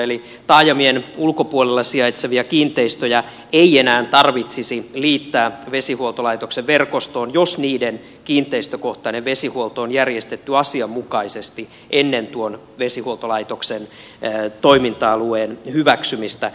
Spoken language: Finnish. eli taajamien ulkopuolella sijaitsevia kiinteistöjä ei enää tarvitsisi liittää vesihuoltolaitoksen verkostoon jos niiden kiinteistökohtainen vesihuolto on järjestetty asianmukaisesti ennen tuon vesihuoltolaitoksen toiminta alueen hyväksymistä